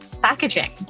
packaging